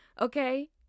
okay